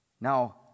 Now